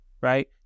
right